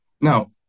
now